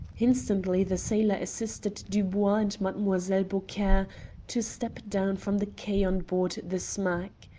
instantly the sailor assisted dubois and mademoiselle beaucaire to step down from the quay on board the smack.